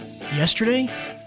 yesterday